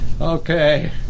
Okay